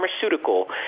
pharmaceutical